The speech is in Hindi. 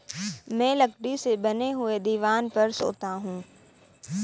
मैं लकड़ी से बने हुए दीवान पर सोता हूं